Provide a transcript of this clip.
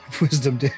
wisdom